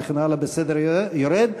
וכן הלאה בסדר יורד.